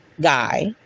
guy